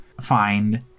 find